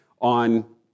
on